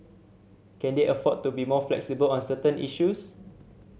can they afford to be more flexible on certain issues